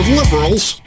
liberals